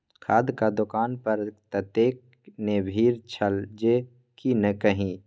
खादक दोकान पर ततेक ने भीड़ छल जे की कही